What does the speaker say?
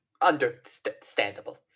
Understandable